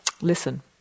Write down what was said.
Listen